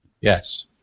Yes